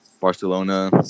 Barcelona